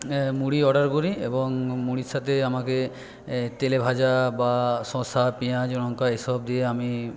মুড়ি অর্ডার করি এবং মুড়ির সাথে আমাকে তেলেভাজা বা শশা পিঁয়াজ লঙ্কা এসব দিয়ে আমি